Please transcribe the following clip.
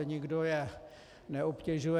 Nikdo je neobtěžuje.